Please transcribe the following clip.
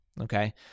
okay